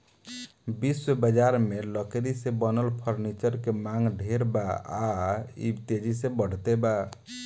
विश्व बजार में लकड़ी से बनल फर्नीचर के मांग ढेर बा आ इ तेजी से बढ़ते बा